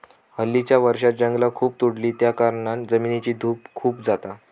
हल्लीच्या वर्षांत जंगला खूप तोडली त्याकारणान जमिनीची धूप खूप जाता